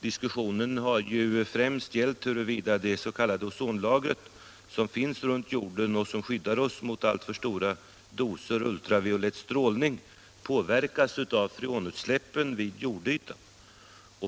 Diskussionen har främst gällt huruvida det s.k. ozonlagret, som finns runt jorden och som skyddar oss mot alltför stora doser ultraviolett strålning, påverkas av freonutsläppen vid jordytan.